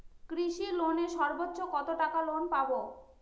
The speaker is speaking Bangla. কৃষি লোনে সর্বোচ্চ কত টাকা লোন পাবো?